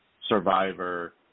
Survivor